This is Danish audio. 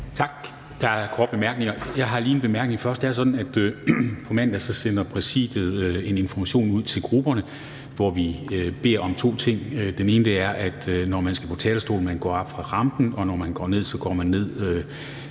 Dam Kristensen): Tak. Jeg har lige en bemærkning først. Det er sådan, at på mandag sender Præsidiet en information ud til grupperne, hvor vi beder om to ting. Den ene er, at når man skal på talerstolen, så går man op fra rampen, og når man går ned, så går man ned